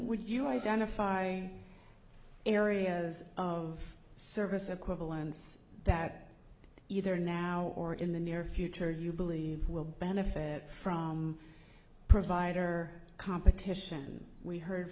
would you identify areas of service equivalence that either now or in the near future you believe will benefit from provider competition we heard